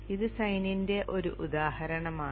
ഇത് സൈനിന്റെ ഒരു ഉദാഹരണമാണ്